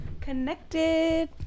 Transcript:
connected